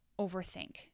overthink